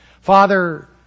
Father